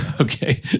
Okay